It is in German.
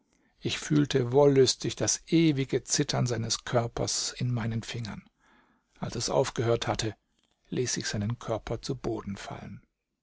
ich fühlte wollüstig das ewige zittern seines körpers in meinen fingern als es aufgehört hatte ließ ich seinen körper zu boden fallen